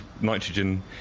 nitrogen